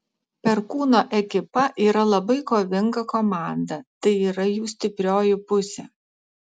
perkūno ekipa yra labai kovinga komanda tai yra jų stiprioji pusė